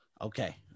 Okay